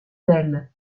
elle